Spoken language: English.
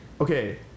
Okay